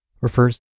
refers